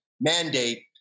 mandate